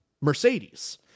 Mercedes